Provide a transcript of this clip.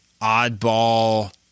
oddball